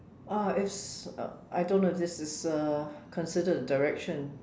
uh is uh I don't know if this is uh considered the direction